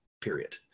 period